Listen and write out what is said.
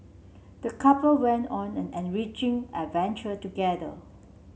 the couple went on an enriching adventure together